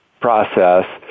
process